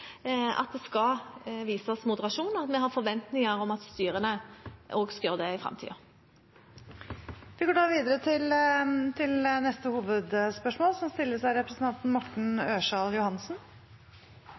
at det skal vises moderasjon, og at vi har forventninger om at styrene også gjør det i framtiden. Vi går videre til neste hovedspørsmål.